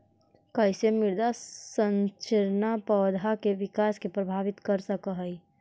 कईसे मृदा संरचना पौधा में विकास के प्रभावित कर सक हई?